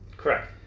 correct